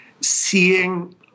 seeing